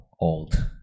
old